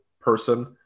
person